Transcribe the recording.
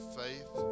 faith